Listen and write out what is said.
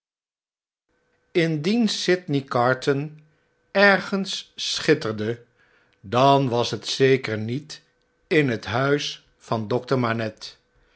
indien sydney carton ergens schitterde dan was het zeker niet in het huis van dokter manette